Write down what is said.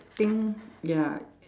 think ya